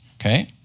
okay